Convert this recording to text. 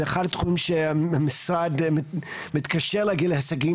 זה אחד התחומים שהמשרד מתקשה להגיע להישגים